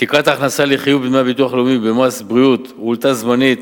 תקרת ההכנסה לחיוב בדמי ביטוח לאומי ובמס בריאות הועלתה זמנית